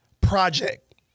project